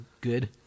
good